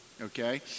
Okay